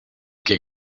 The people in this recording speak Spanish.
que